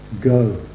go